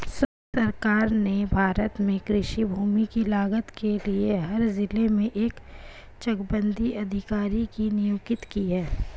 सरकार ने भारत में कृषि भूमि की लागत के लिए हर जिले में एक चकबंदी अधिकारी की नियुक्ति की है